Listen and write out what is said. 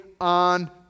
on